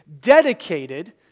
dedicated